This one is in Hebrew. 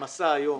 ממסה היום